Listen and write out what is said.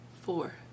Four